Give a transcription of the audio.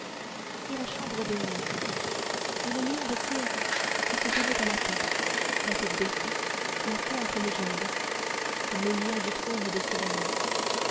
et la chambre dorée et le lion de pierre qui se tenait à la porte la tête baissée la queue entre les jambes comme les lions du trône de salomon